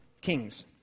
kings